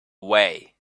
way